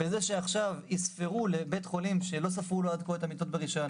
בזה שעכשיו יספרו לבית חולים שלא ספרו לו עד כה את המיטות ברישיון,